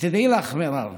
תדעי לך, מירב,